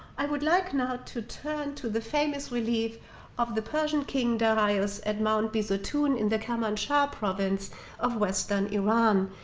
i would like now to turn to the famous relief of the persian king darius at mount bisotun in the kermanshah province of western iran.